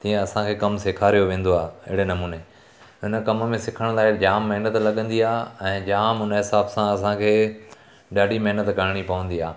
जीअं असांखे कमु सेखारियो वेंदो आहे अहिड़े नमूने इन कम में सिखण लाइ जाम महिनत लॻंदी आहे ऐं जाम हुन हिसाब सां असांखे ॾाढी महिनत करणी पवंदी आहे